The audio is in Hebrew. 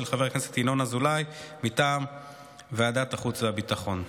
חבר הכנסת ינון אזולאי מטעם ועדת החוץ והביטחון.